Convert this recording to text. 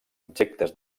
objectes